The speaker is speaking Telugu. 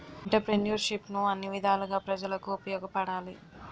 ఎంటర్ప్రిన్యూర్షిప్ను అన్ని విధాలుగా ప్రజలకు ఉపయోగపడాలి